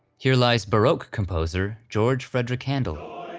here lies baroque composer george frederick handel.